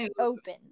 open